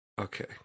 Okay